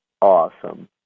awesome